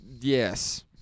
Yes